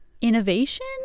innovation